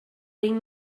bring